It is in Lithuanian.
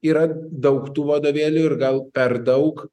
yra daug tų vadovėlių ir gal per daug